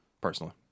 personally